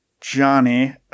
Johnny